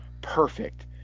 perfect